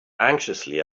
anxiously